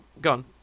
gone